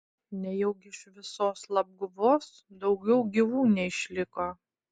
nejaugi iš visos labguvos daugiau gyvų neišliko